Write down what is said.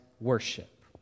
worship